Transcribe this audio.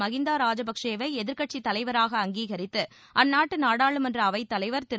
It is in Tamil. மஹிந்தா ராஜபச்சேவை எதிர்க்கட்சித் தலைவராக அங்கீகரித்து அந்நாட்டு நாடாளுமன்ற அவைத் தலைவர் திரு